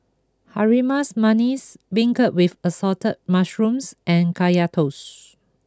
Harum Manis Beancurd with Assorted Mushrooms and Kaya Toast